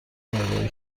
ارائه